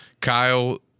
Kyle